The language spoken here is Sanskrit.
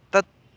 तत्